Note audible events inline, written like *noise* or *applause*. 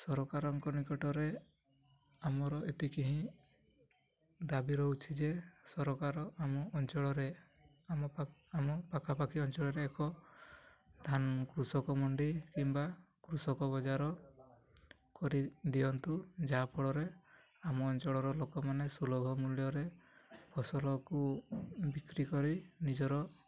ସରକାରଙ୍କ ନିକଟରେ ଆମର ଏତିକି ହିଁ ଦାବି ରହୁଛି ଯେ ସରକାର ଆମ ଅଞ୍ଚଳରେ ଆମ *unintelligible* ଆମ ପାଖାପାଖି ଅଞ୍ଚଳରେ ଏକ ଧାନ କୃଷକ ମଣ୍ଡି କିମ୍ବା କୃଷକ ବଜାର କରି ଦିଅନ୍ତୁ ଯାହାଫଳରେ ଆମ ଅଞ୍ଚଳର ଲୋକମାନେ ସୁଲଭ ମୂଲ୍ୟରେ ଫସଲକୁ ବିକ୍ରି କରି ନିଜର